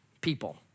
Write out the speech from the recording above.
people